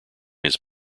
his